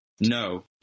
No